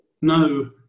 No